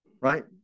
right